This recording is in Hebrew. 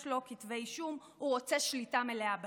יש לו כתבי אישום, הוא רוצה שליטה מלאה בעסק,